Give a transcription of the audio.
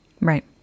Right